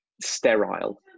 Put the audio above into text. sterile